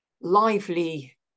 lively